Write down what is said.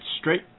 straight